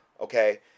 Okay